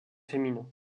féminins